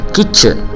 Kitchen